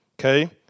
okay